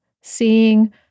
Seeing